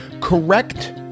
correct